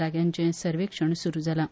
जाग्याचें सर्वेक्षण सुरू जालां